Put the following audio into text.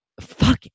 fuck